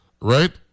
right